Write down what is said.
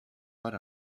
but